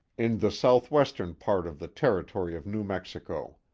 in the southwestern part of the territory of new mexico.